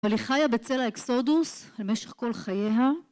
אבל היא חיה בצל האקסודוס למשך כל חייה